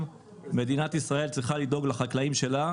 מדינת ישראל צריכה לדאוג לחקלאים שלה,